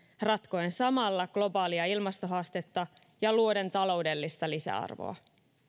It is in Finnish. ratkoen samalla globaalia ilmastohaastetta ja luoden taloudellista lisäarvoa